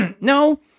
no